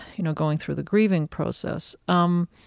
you know, going through the grieving process, um